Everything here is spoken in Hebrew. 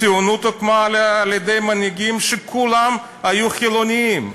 הציונות הוקמה על-ידי מנהיגים שכולם היו חילונים,